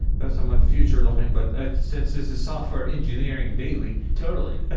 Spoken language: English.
that's somewhat future-looking, but since this is software engineering daily. totally.